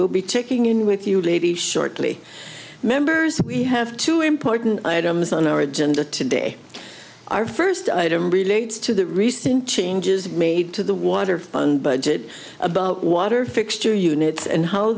we'll be checking in with you lady shortly members we have two important items on our agenda today our first item relates to the recent changes made to the water fund budget about water fixture units and how